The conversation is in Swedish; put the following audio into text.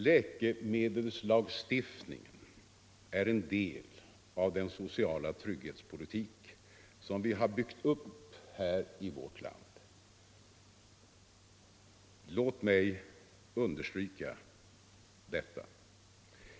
Läkemedelslagstiftningen är en del av den sociala trygghetspolitik som vi har byggt upp i vårt land. Låt mig understryka det!